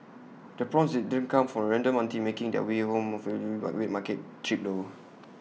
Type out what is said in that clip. the prawns didn't come from A random auntie making her way home from her weekly wet market trip though